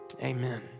Amen